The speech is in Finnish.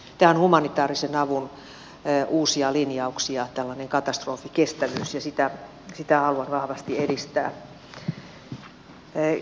tämä on humanitaarisen avun uusia linjauksia tällainen katastrofikestävyys ja sitä haluan vahvasti edistää